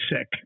sick